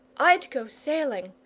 i'd go sailing,